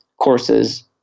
courses